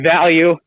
value